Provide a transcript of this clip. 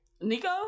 Nico